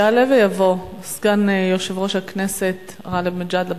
יעלה ויבוא סגן יושב-ראש הכנסת גאלב מג'אדלה,